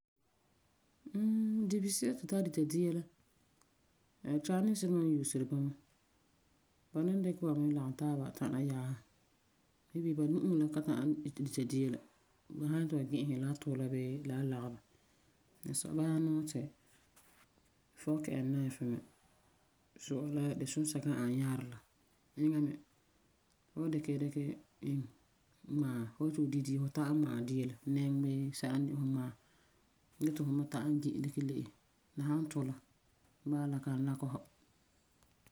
Mmm, dibesi'a ti tu tara dita dia la, ɛ Chinese duma n usiri bama. Ba ni dikɛ ba mɛ lagum taaba tana yaasa Maybe ba nu'usi ni ka ta'am di dita dia la. Ba san yeti ba gi'isɛ la wan tula bii la lagɛ ba n sɔi. Bala nuu ti fork and knife me, su'a la desunsɛka n ani nyarii la. Eŋa me fu wan dikɛ dikɛ iŋe ŋmaɛ. Fu san yeti fu di dia fu ta'am ŋma'ɛ dia la nɛŋɔ bii sɛla n de fu ŋmaɛ. Ge ti fu me ta'am gi'ɛ dikɛ le'ese la san tula. Bala la kan lakɛ fu.